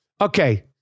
Okay